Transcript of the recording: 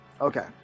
Okay